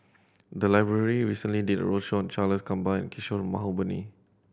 the library recently did a roadshow on Charles Gamba and Kishore Mahbubani